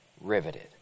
riveted